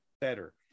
better